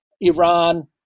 iran